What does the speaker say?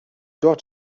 dort